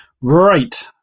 right